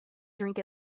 drink